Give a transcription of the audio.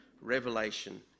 revelation